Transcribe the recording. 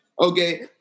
Okay